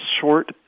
short